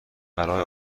برای